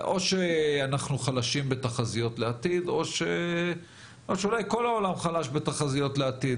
או שאנחנו חלשים בתחזיות לעתיד או שאולי כל העולם חלש בתחזיות לעתיד.